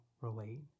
relate